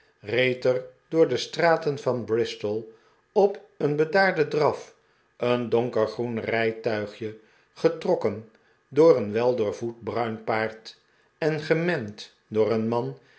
reed er door de straten van bristol op een bedaarden draf een donkergroen rijtuigje getrokken door een weldoorvoed bruin paard en gemend door een man